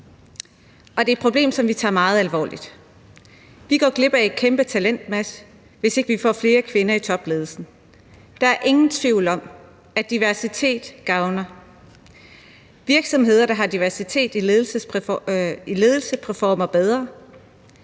og det er et problem, som vi tager meget alvorligt. Vi går glip af en kæmpe talentmasse, hvis ikke vi får flere kvinder i topledelser, og der er ingen tvivl om, at diversitet gavner. Virksomheder, der har diversitet i ledelsen, performer bedre.